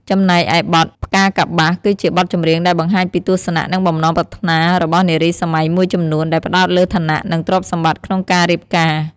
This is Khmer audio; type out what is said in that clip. ចំណែកឯបទ ផ្កាកប្បាស គឺជាបទចម្រៀងដែលបង្ហាញពីទស្សនៈ និងបំណងប្រាថ្នារបស់នារីសម័យមួយចំនួនដែលផ្តោតលើឋានៈ និងទ្រព្យសម្បត្តិក្នុងការរៀបការ។